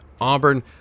Auburn